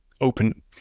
open